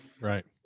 Right